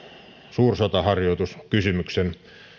suursotaharjoituskysymyksen